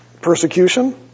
persecution